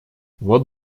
вот